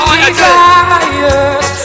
desires